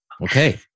okay